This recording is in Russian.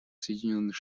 соединенных